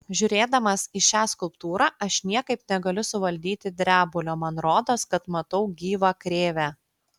žiūrėdamas į šią skulptūrą aš niekaip negaliu suvaldyti drebulio man rodos kad matau gyvą krėvę